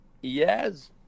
Yes